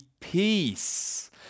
peace